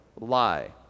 lie